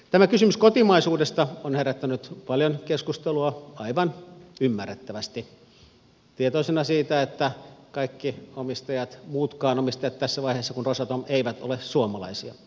tämä kysymys kotimaisuudesta on herättänyt paljon keskustelua aivan ymmärrettävästi tietoisena siitä että kaikki omistajat muutkaan omistajat tässä vaiheessa kuin rosatom eivät ole suomalaisia